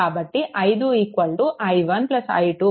కాబట్టి 5 i1 i2 10